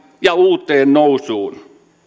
ja uuteen nousuun